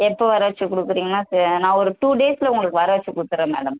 எப்போ வர வச்சு கொடுக்குறீங்களா ச நான் ஒரு டூ டேஸ்ல உங்களுக்கு வர வச்சு கொடுத்துடுறேன் மேடம்